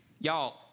Y'all